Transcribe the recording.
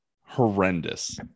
horrendous